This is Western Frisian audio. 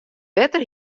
wetter